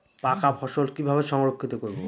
পাকা ফসল কিভাবে সংরক্ষিত করব?